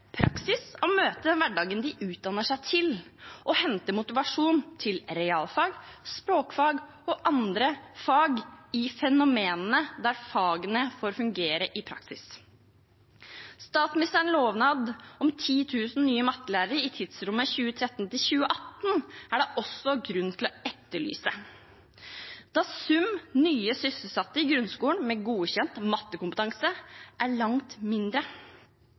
praksis. Statsministerens lovnad om 10 000 nye mattelærere i tidsrommet 2013–2018 er det også grunn til å etterlyse, da summen av nye sysselsatte i grunnskolen med godkjent mattekompetanse er langt mindre.